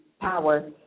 power